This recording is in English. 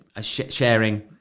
sharing